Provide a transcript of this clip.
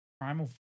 Primal